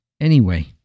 Anyway